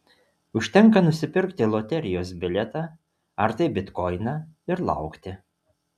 užtenka nusipirkti loterijos bilietą ar tai bitkoiną ir laukti